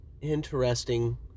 interesting